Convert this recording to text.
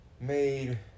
Made